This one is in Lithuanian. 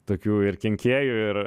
tokių ir kenkėjų ir